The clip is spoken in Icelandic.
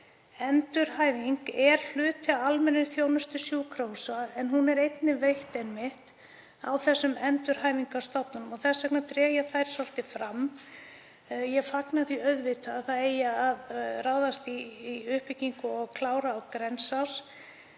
Endurhæfing er hluti af almennri þjónustu sjúkrahúsa en hún er einnig veitt á þessum endurhæfingarstofnunum og þess vegna dreg ég þær svolítið fram. Ég fagna því auðvitað að ráðast eigi í uppbyggingu og klára á Grensás.